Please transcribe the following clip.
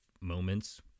moments